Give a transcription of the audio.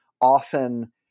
often